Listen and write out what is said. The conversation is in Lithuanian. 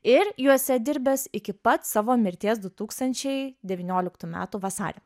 ir juose dirbęs iki pat savo mirties du tūkstančiai devynioliktų metų vasarį